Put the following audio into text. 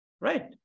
Right